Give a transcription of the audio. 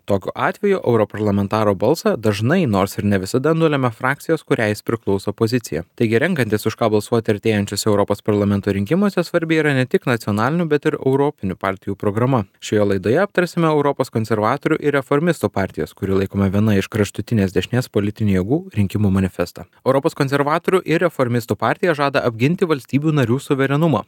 tokiu atveju europarlamentaro balsą dažnai nors ir ne visada nulemia frakcijos kuriai jis priklauso pozicija taigi renkantis už ką balsuoti artėjančiuose europos parlamento rinkimuose svarbi yra ne tik nacionalinių bet ir europinių partijų programa šioj laidoje aptarsime europos konservatorių ir reformistų partijos kuri laikoma viena iš kraštutinės dešnės politinių jėgų rinkimų manifestą europos konservatorių ir reformistų partija žada apginti valstybių narių suverenumo